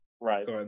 right